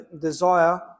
desire